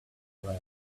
river